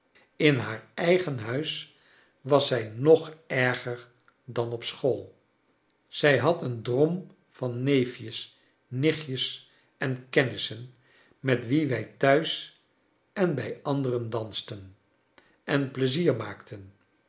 in haar eigen huis was zij nog erger dan op school zij had een drom van neefjes nichtjes en kennissen met wie wij thuis en bij anderen dansten en plezier maakten